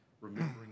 remembering